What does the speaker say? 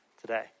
today